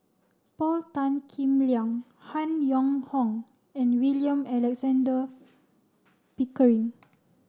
Paul Tan Kim Liang Han Yong Hong and William Alexander Pickering